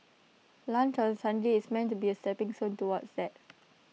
lunch on Sunday is meant to be A stepping stone toward that